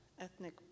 ethnic